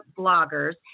bloggers